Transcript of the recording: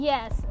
Yes